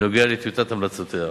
בנוגע לטיוטת המלצותיה.